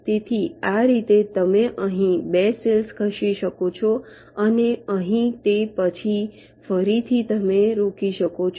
તેથી આ રીતે તમે અહીં 2 સેલ્સ ખસી શકો છો અને અહીં તે પછી ફરીથી તમે રોકી શકો છો